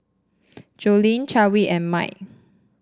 Joleen Chadwick and Mike